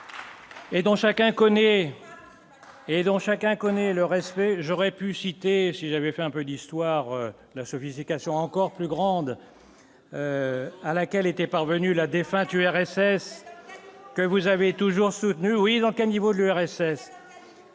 et dont chacun connaît le respect, j'aurais pu citer si j'avais fait un peu d'histoire, la sophistication encore plus grande à laquelle était parvenu la défunte URSS que vous avez toujours soutenu oui donc un niveau l'URSS